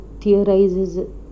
theorizes